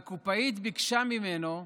והקופאית אמרה לו,